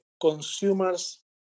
consumer's